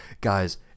guys